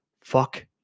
fuck